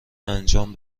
انجام